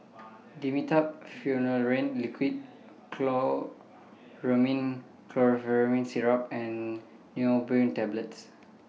Dimetapp Phenylephrine Liquid Chlormine Syrup and Neurobion Tablets